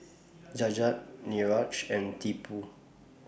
Jagat Niraj and Tipu